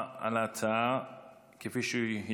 אנחנו נעבור להצבעה על ההצעה,